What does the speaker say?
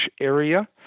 area